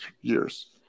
years